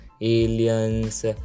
aliens